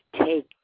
take